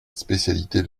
spécialité